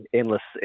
endless